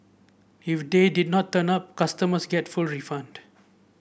if they did not turn up customers get full refund